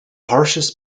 harshest